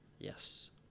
Yes